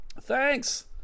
Thanks